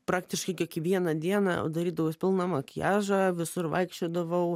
praktiškai kiekvieną dieną darydavaus pilną makiažą visur vaikščiodavau